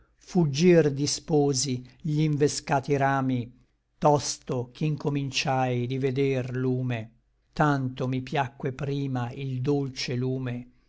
fuggir disposi gl invescati rami tosto ch'incominciai di veder lume tanto mi piacque prima il dolce lume